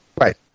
Right